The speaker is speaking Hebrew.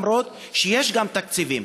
וזאת אף שיש גם תקציבים.